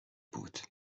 بود